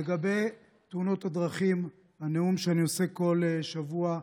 לגבי תאונות הדרכים, הנאום שאני עושה כל שבוע,